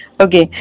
Okay